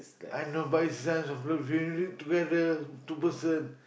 I know but is signs of love when you are in it together two person